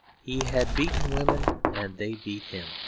he had beaten women and they beat him.